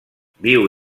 viu